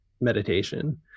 meditation